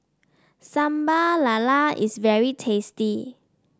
Sambal Lala is very tasty